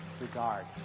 regard